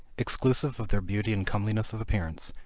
exclusive of their beauty and comeliness of appearance,